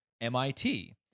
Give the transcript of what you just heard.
MIT